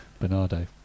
Bernardo